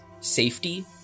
safety